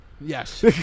Yes